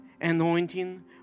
anointing